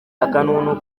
akanunu